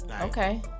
Okay